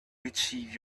achieve